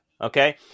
okay